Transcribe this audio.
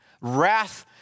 wrath